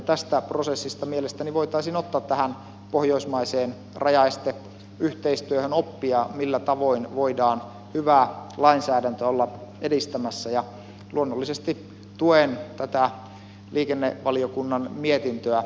tästä prosessista mielestäni voitaisiin ottaa pohjoismaiseen rajaesteyhteistyöhön oppia siinä millä tavoin voidaan hyvää lainsäädäntöä olla edistämässä ja luonnollisesti tuen tätä liikennevaliokunnan mietintöä